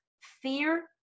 fear